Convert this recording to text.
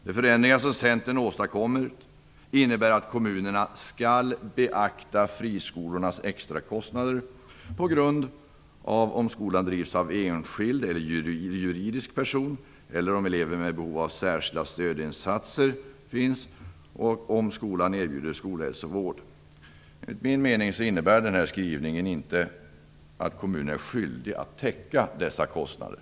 De förändringar som Centern åstadkommer innebär att kommunerna skall beakta friskolornas extra kostnader på grund av om skolan drivs av enskild eller juridisk person, om elever med behov av särskilda stödinsatser finns och om skolan erbjuder skolhälsovård. Enligt min mening innebär den här skrivningen inte att kommunen är skyldig att täcka dessa kostnader.